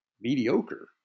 mediocre